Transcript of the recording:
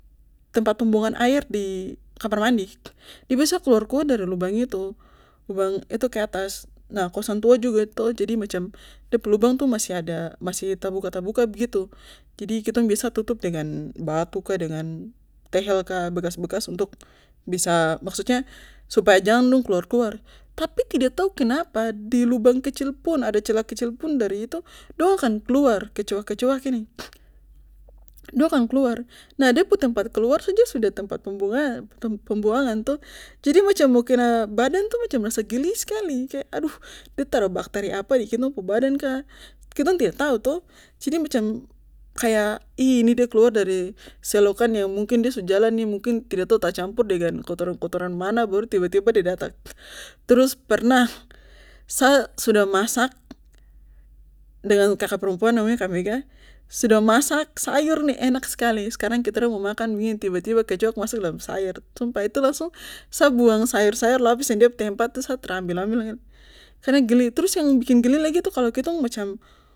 Tempat pembuangan air di kamar mandi de biasa keluar keluar dari lubang itu lubang itu ke atas nah kosong dua juga to jadi macam de pu lubang tu masih ada masih tabuka tabuka begitu jadi kitong biasa tutup dengan batu kah dengan tehel kah bekas bekas untuk bisa maksudnya supaya jang dong kluar kluar tapi tidak tau kenapa di lubang kecil pun ada cela kecilpun dari itu dong akan kluar kecoak kecoak ini dong akan kluar nah de pu tempat keluar saja sudah tempat pembuangan tempat pembuangan toh jadi macam mo kena badan tuh macam rasa geli skali kaya aduh de taro bakteri apa di kitong badan kah kitong tidak tau toh jadi macam kaya ih ini de keluar dari selokan yang mungkin de su jalan nih mungkin tidak tau ta campur kotoran kotoran mana baru tiba tiba de datang trus pernah sa sudah masak dengan kaka perempuan namanya kak mega udah masak sayur nih enak skali skarang kitong dua mo makan begini tiba tiba kecoak masuk dalam sayur sumpah itu langsung sa buang sayur sayur lapis dengan tempat itu sa tra ambil ambil lagi sa nih geli trus yang bikin geli lagi kalo kitong macam